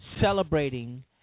celebrating